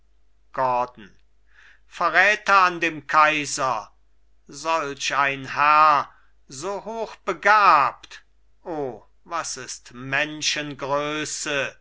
gordon verräter an dem kaiser solch ein herr so hochbegabt o was ist menschengröße